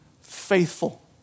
faithful